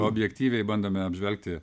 objektyviai bandome apžvelgti